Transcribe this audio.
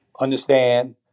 understand